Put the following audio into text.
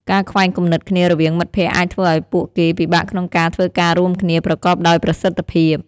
ការខ្វែងគំនិតគ្នារវាងមិត្តភក្តិអាចធ្វើឱ្យពួកគេពិបាកក្នុងការធ្វើការរួមគ្នាប្រកបដោយប្រសិទ្ធភាព។